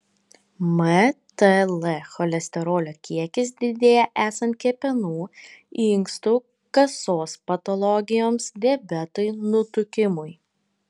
mtl cholesterolio kiekis didėja esant kepenų inkstų kasos patologijoms diabetui nutukimui